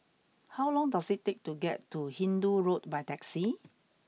how long does it take to get to Hindoo Road by taxi